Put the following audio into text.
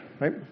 right